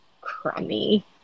crummy